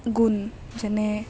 গুণ যেনে